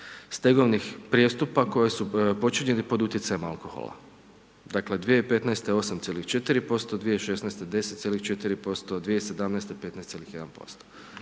stegovnih prijestupa, koje su počinjeni pod utjecajem alkohola. Dakle 2015. 8,4%, 2016. 10,4%, 2017., 15,1%